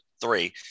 three